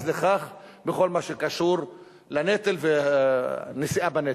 לכך בכל מה שקשור לנטל והנשיאה בנטל.